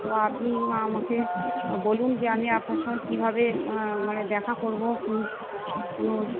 তো আপনি আমাকে বলুন যে আমি আপনার সঙ্গে কীভাবে মানে দেখা করবো কি কোনো